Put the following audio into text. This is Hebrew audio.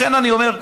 לכן אני אומר,